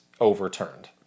overturned